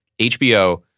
HBO